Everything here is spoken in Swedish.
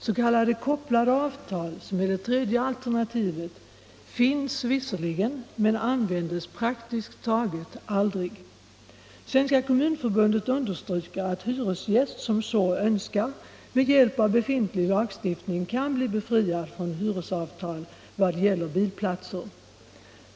S. k. kopplade avtal, som är det tredje alternativet, finns visserligen men används praktiskt taget aldrig. Svenska kommunförbundet understryker att hyresgäst som så önskar med hjälp av befintlig lagstiftning kan bli befriad från hyresavtal vad gäller bilplatser.